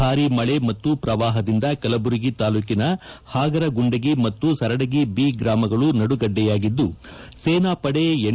ಭಾರಿ ಮಳೆ ಮತ್ತು ಪ್ರವಾಹದಿಂದ ಕಲಬುರಗಿ ತಾಲೂಕಿನ ಹಾಗರಗುಂಡಗಿ ಮತ್ತು ಸರಡಗಿ ಬಿ ಗ್ರಾಮಗಳು ನಡುಗಡ್ಡೆಯಾಗಿದ್ದು ಸೇನಾ ಪಡೆ ಎನ್